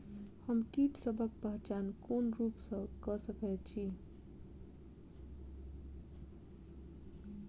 हम कीटसबक पहचान कोन रूप सँ क सके छी?